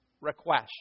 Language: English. request